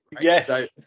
Yes